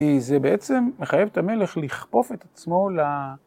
כי זה בעצם מחייב את המלך לכפוף את עצמו ל...